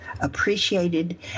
Appreciated